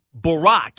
Barack